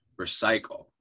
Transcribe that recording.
recycle